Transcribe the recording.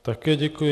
Také děkuji.